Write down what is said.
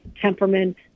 temperament